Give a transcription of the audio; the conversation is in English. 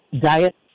diet